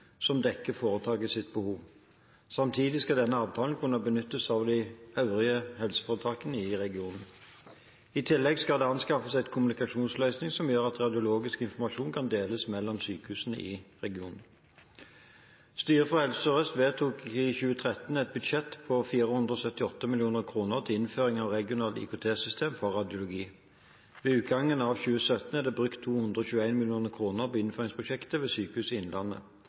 som dekker foretakets behov. Samtidig skal denne avtalen kunne benyttes av de øvrige helseforetakene i regionen. I tillegg skal det anskaffes en kommunikasjonsløsning som gjør at radiologisk informasjon kan deles mellom sykehusene i regionen. Styret i Helse Sør-Øst vedtok i 2013 et budsjett på 478 mill. kr til innføring av et regionalt IKT-system for radiologi. Ved utgangen av 2017 er det brukt 221 mill. kr på innføringsprosjektet ved Sykehuset Innlandet og øvrige regionale aktiviteter. Beløpet inkluderer ikke mottakskostnader i